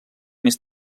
més